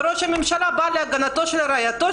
וראש הממשלה בא להגנת רעייתו,